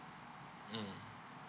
mm